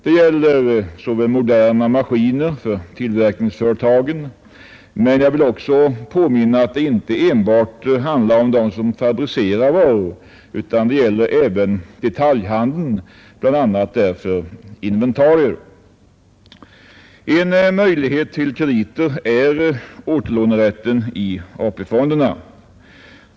Det gäller i första hand moderna Nr 52 maskiner för tillverkningsföretag, men jag vill också påminna om att det inte enbart rör sig om dem som fabricerar varor, utan det gäller även Fredagen den - a z 26 mars 1971 detaljhandeln, bl.a. för inventarier. dr LA En möjlighet till krediter är återlånerätten i AP-fonderna.